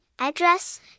Address